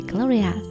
Gloria